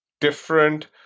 different